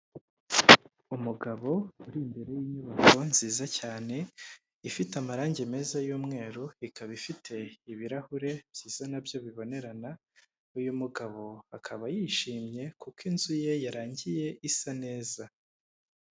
Umugabo uri imbere y'inyubako nziza cyane ifite amarangi meza y'umweru, ikaba ifite ibirahure byiza nabyo bibonerana, uyu mugabo akaba yishimye kuko inzu ye yarangiye isa neza.